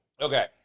Okay